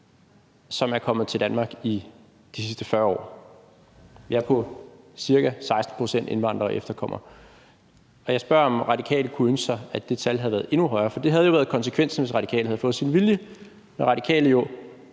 som er kommet til Danmark i de sidste 40 år. Vi er på ca. 16 pct. indvandrere og efterkommere. Jeg spørger, om Radikale kunne ønske sig, at det tal havde været endnu højere, for det havde været konsekvensen, hvis Radikale havde fået deres vilje, når Radikale jo,